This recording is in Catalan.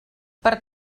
per